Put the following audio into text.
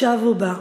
עכשיו הוא בא.